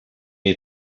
jej